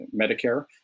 Medicare